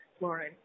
Lauren